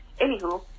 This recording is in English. Anywho